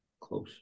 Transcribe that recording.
close